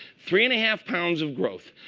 three and a half pounds of growth,